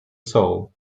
seoul